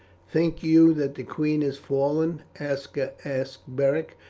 think you that the queen has fallen? aska asked beric.